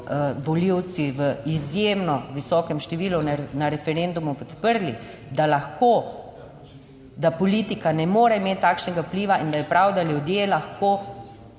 volivci v izjemno visokem številu na referendumu podprli, da politika ne more imeti takšnega vpliva in da je prav, da ljudje lahko